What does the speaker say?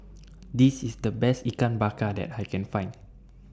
This IS The Best Ikan Bakar that I Can Find